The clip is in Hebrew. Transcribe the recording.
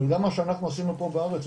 אבל גם מה שאנחנו עשינו פה בארץ,